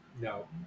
no